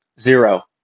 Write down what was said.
Zero